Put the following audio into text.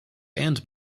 and